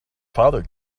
father